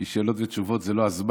כי שאלות-תשובות זה לא הזמן.